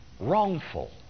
wrongful